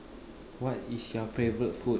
what is your favorite food